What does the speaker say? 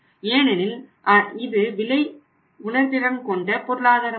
ஏனெனில் இது விலை உணர்திறன் கொண்ட பொருளாதாரமாகும்